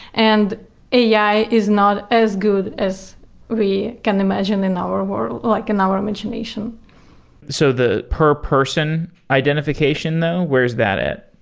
and ai is not as good as we can imagine in our world, like in our imagination so the per-person identification though, where's that at?